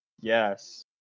Yes